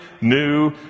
new